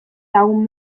lagun